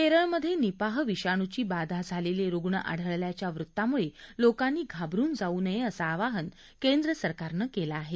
केरळमधे निपाह विषाणूची बाधा झालेले रुग्ण आढळल्याच्या वृत्तामुळे लोकांनी घाबरून जाऊ नये असं आवाहन केंद्रसरकारनं केलं आहे